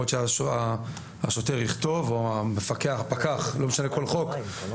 יכול להיות שהשוטר או הפקח יכתוב שהאירוע